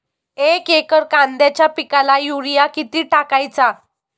एक एकर कांद्याच्या पिकाला युरिया किती टाकायचा?